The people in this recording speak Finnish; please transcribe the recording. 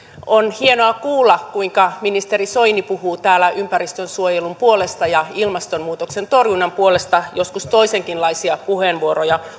on hienoa kuulla kuinka ministeri soini puhuu täällä ympäristönsuojelun puolesta ja ilmastonmuutoksen torjunnan puolesta joskus toisenkinlaisia puheenvuoroja